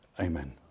amen